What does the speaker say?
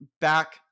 back